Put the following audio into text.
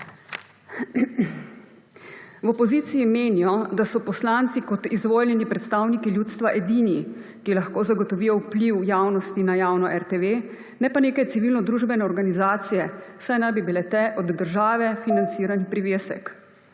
V opoziciji menijo, da so poslanci kot izvoljeni predstavniki ljudstva edini, ki lahko zagotovijo vpliv javnosti na javno RTV, ne pa neke civilnodružbene organizacije, saj naj bi bile te od države financiran privesek.